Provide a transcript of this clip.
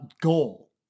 goal